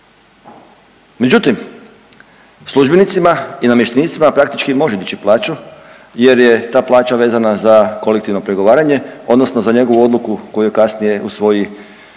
Međutim, službenicima i namještenicima praktički može dići plaću jer je ta plaća vezana za kolektivno pregovaranje, odnosno za njegovu odluku koju kasnije usvoji